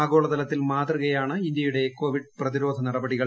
ആഗോള തലത്തിൽ മാതൃകയാണ് ഇന്ത്യയുടെ കോവിഡ് പ്രതിരോധ നടപടികൾ